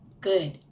good